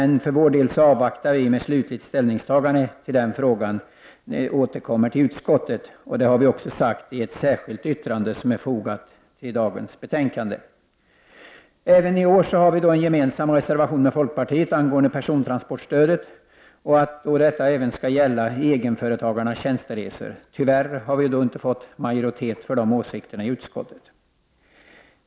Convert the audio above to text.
Vi avvaktar för vår del med slutligt ställningstagande tills den frågan återkommer till utskottet. Detta har vi också sagt i ett särskilt yttrande fogat till dagens betänkande. Även i år har vi en gemensam reservation med folkpartiet angående persontransportstödet och att detta även skall gälla egenföretagarnas tjänsteresor. Tyvärr har vi inte fått majoritet för dessa åsikter i utskottet.